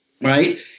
Right